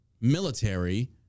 military